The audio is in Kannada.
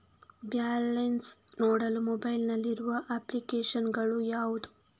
ಬ್ಯಾಲೆನ್ಸ್ ನೋಡಲು ಮೊಬೈಲ್ ನಲ್ಲಿ ಇರುವ ಅಪ್ಲಿಕೇಶನ್ ಗಳು ಯಾವುವು?